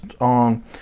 on